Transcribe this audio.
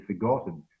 forgotten